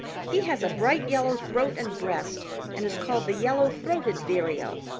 he has a bright yellow throat and breast and is called the yellow-throated vireo.